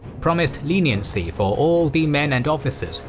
promised leniency for all the men and officers,